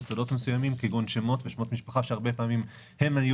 שדות מסוימים כגון שמות ושמות משפחה שהרבה פעמים הם היו